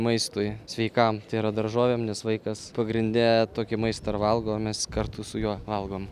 maistui sveikam tai yra daržovėm nes vaikas pagrinde tokį maistą ir valgo o mes kartu su juo valgom